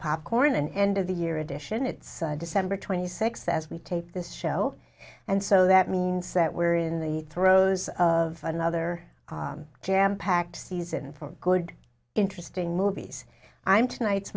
popcorn and end of the year edition it's december twenty sixth as we taped this show and so that means that we're in the throes of another jam packed season for good interesting movies i'm tonight's